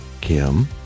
Kim